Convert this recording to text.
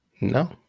no